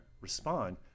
respond